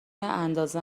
اندازه